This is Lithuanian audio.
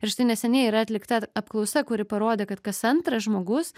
ir štai neseniai yra atlikta apklausa kuri parodė kad kas antras žmogus